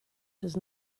does